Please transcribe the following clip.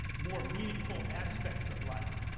more meaningful aspects of life.